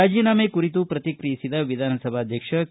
ರಾಜೀನಾಮೆ ಕುರಿತು ಪ್ರತಿಕ್ರಿಯಿಸಿದ ವಿಧಾನಸಭಾಧ್ಯಕ್ಷ ಕೆ